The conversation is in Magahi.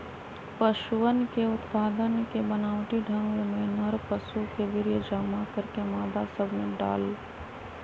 पशुअन के उत्पादन के बनावटी ढंग में नर पशु के वीर्य जमा करके मादा सब में डाल्ल